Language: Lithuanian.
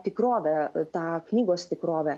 tikrovę tą knygos tikrovę